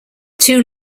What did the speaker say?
two